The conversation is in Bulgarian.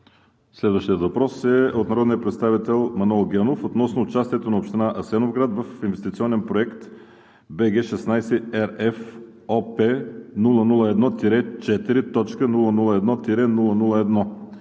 Следващият въпрос е от народния представител Манол Генов относно участието на община Асеновград в Инвестиционен проект BG16RFOP001-4.001-0001